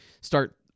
start